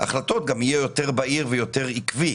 ההחלטות גם יהיה יותר בהיר ויותר עקבי.